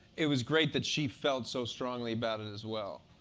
it was great that she felt so strongly about it as well.